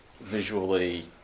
visually